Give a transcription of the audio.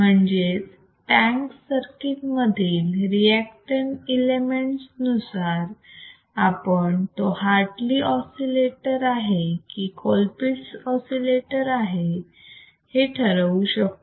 म्हणजेच tank circuit मधील reactance elements नुसार आपण तो हार्टली ऑसिलेटर आहे की कोलपिट्स ऑसिलेटर आहे ते ठरवू शकतो